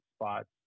spots